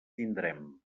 tindrem